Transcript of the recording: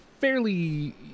fairly